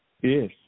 Yes